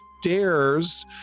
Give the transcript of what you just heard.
stairs